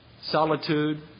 solitude